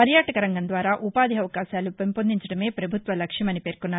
పర్యాటక రంగం ద్వారా ఉపాధి అవకాశాలు పెంపొందించడమే పభుత్వ లక్ష్యమని పేర్కొన్నారు